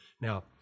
Now